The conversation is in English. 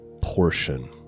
portion